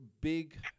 big